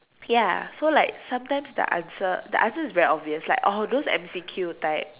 ya so like sometimes the answers the answers are very obvious like all those M_C_Q that type